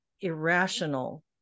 irrational